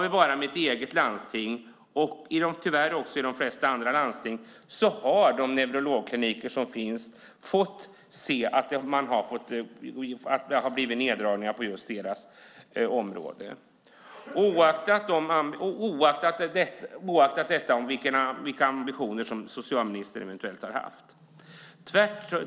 I mitt hemlandsting och tyvärr också i de flesta andra landsting har de neurologkliniker som finns fått se neddragningar på just detta område. Det har skett oaktat vilka ambitioner socialministern eventuellt har haft.